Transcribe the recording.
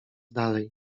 dalej